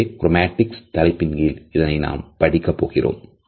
எனவே குரோமேடிக்ஸ் தலைப்பின் கீழ் இதனை நாம் படிக்கப் போகிறோம்